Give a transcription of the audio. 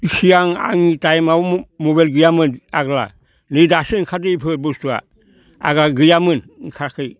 सिगां आंनि टाइमआव मबाइल गैयामोन आग्ला नै दासो ओंखारदों इफोर बुस्थुआ आग्ला गैयामोन ओंखाराखै